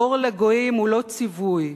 "אור לגויים" הוא ציווי,